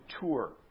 tour